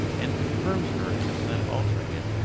and confirmed her in the plan of altering it.